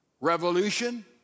revolution